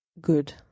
good